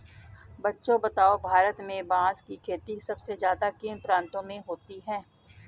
बच्चों बताओ भारत में बांस की खेती सबसे ज्यादा किन प्रांतों में होती है?